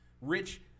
Rich